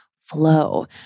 flow